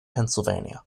pennsylvania